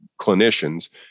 clinicians